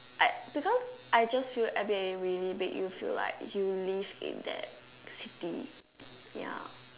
I because I just feel Airbnb really big it feels like you live in the city ya